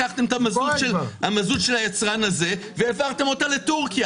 לקחתם את המזוט של היצרן הזה והעברתם אותו לטורקיה,